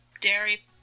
dairy